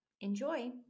Enjoy